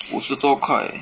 五十多块